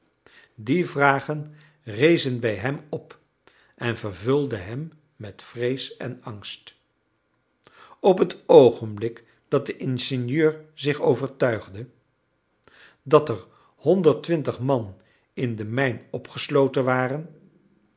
die vragen rezen bij hem op en vervulden hem met vrees en angst op het oogenblik dat de ingenieur zich overtuigde dat er honderd twintig man in de mijn opgesloten waren